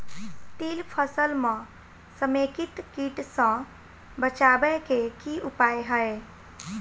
तिल फसल म समेकित कीट सँ बचाबै केँ की उपाय हय?